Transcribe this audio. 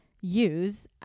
Use